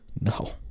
No